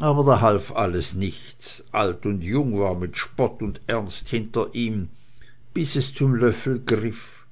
aber da half alles nichts alt und jung war mit spott und ernst hinter ihm bis es zum löffel griff